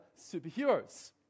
superheroes